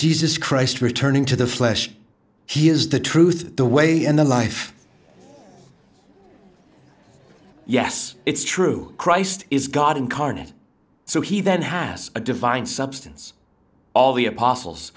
jesus christ returning to the flesh he is the truth the way and the life yes it's true christ is god incarnate so he then has a divine substance all the apostles